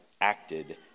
acted